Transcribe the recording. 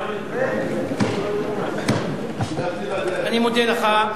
אני מודה לך.